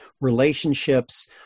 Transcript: relationships-